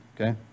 okay